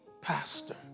pastor